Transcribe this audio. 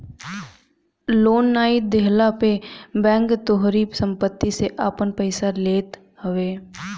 loan नाइ देहला पे बैंक तोहारी सम्पत्ति से आपन पईसा लेत हवे